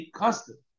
custom